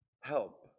help